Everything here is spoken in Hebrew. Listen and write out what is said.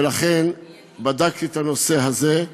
ולכן בדקתי את הנושא הזה,